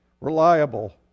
reliable